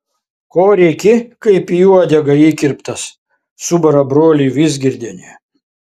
ko rėki kaip į uodegą įkirptas subara brolį vizgirdienė